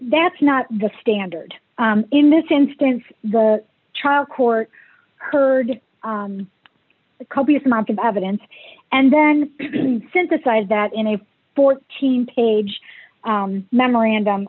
that's not the standard in this instance the trial court heard the copious amount of evidence and then synthesize that in a fourteen page memorandum